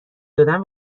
دادن